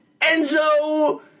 Enzo